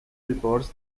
reports